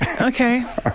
Okay